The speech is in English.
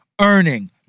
earning